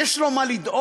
יש לו מה לדאוג?